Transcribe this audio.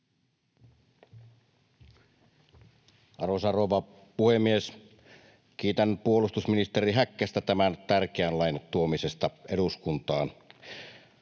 Arvoisa rouva puhemies! Kiitän puolustusministeri Häkkästä tämän tärkeän lain tuomisesta eduskuntaan.